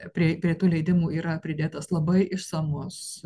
prie prie tų leidimų yra pridėtas labai išsamus